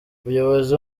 umuyobozi